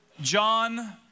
John